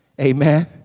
Amen